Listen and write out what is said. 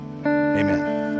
amen